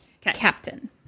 Captain